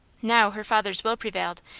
now her father's will prevailed,